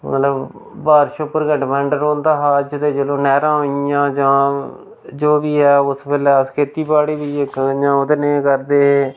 मतलब बारश उप्पर गै डपैंड रौंह्दा हा अज्ज ते चलो नैह्रां आई गेइयां जां जो बी है उस बेल्लै अस खेती बाड़ी बी इक ते इ'यां ओह्दे नै गै करदे हे